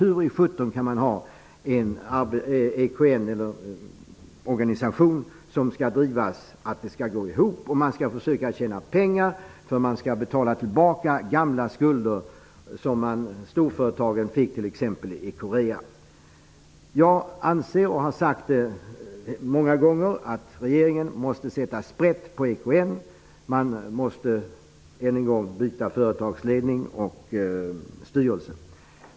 Hur sjutton kan man ha en organisation som skall drivas så att den går ihop och så att man skall kunna försöka tjäna pengar, därför att man skall betala tillbaka gamla skulder som storföretagen fick i t.ex. Korea? Jag anser -- det har jag sagt många gånger -- att regeringen måste sätta sprätt på EKN. Man måste än en gång byta företagsledning och styrelse.